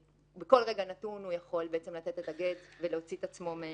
בכל רגע נתון הוא יכול לתת את הגט ולהוציא עצמו מהסיטואציה.